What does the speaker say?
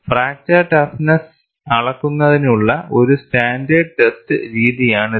fracture toughness അളക്കുന്നതിനുള്ള ഒരു standard test രീതിയാണിത്